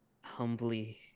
humbly